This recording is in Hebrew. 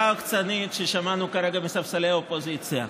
העוקצנית ששמענו כרגע מספסלי האופוזיציה.